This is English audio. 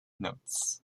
notes